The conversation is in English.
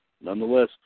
nonetheless